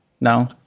No